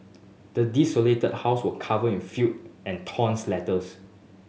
the desolated house was covered in filth and torn letters